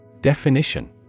Definition